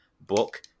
book